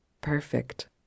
perfect